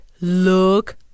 Look